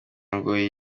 ngoyi